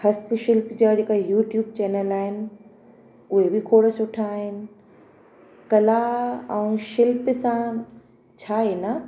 हस्तशिल्प जा जेका यूट्यू चैनल आहिनि उहे बि खोड़ सुठा आहिनि कला ऐं शिल्प सां छा आहे न